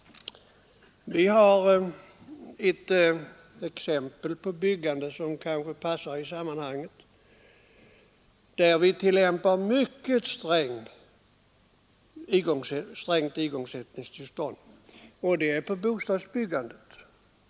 Vi har ett exempel på byggande där vi mycket strängt tillämpar regeln att igångsättningstillstånd skall finnas. Jag avser bostadsbyggandet.